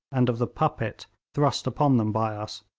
and of the puppet thrust upon them by us,